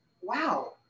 Wow